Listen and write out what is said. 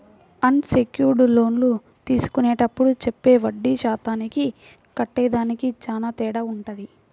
అన్ secured లోన్లు తీసుకునేప్పుడు చెప్పే వడ్డీ శాతానికి కట్టేదానికి చానా తేడా వుంటది